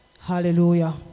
Hallelujah